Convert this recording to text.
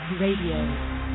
RADIO